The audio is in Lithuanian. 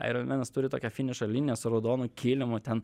aironmenas turi tokią finišo liniją su raudonu kilimu ten